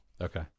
Okay